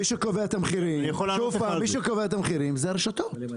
מי שקובע את המחירים זה הרשתות.